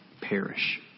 perish